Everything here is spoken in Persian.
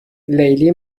لیلی